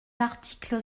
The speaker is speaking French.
l’article